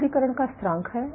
ताऊ शिथिलीकरण का स्थिरांक है